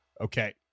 Okay